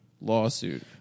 lawsuit